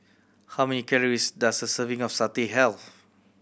how many calories does a serving of satay have